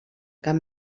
cap